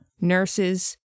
nurses